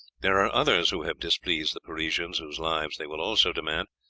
there are others who have displeased the parisians whose lives they will also demand,